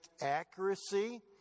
accuracy